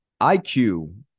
IQ